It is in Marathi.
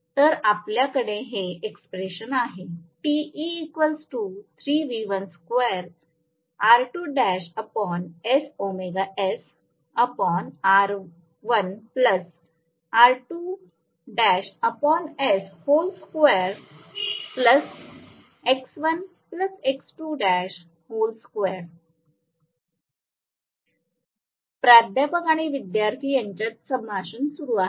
तर आपल्या कडे हे एक्स्प्रेशन आहे प्राध्यापक आणि विद्यार्थी यांच्यात संभाषण सुरू आहे